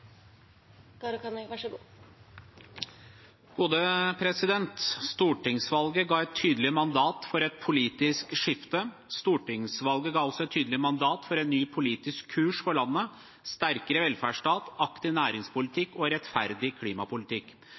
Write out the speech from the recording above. Stortingsvalget ga et tydelig mandat for et politisk skifte. Stortingsvalget ga også et tydelig mandat for en ny politisk kurs for landet, sterkere velferdsstat, aktiv næringspolitikk og rettferdig klimapolitikk.